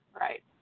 right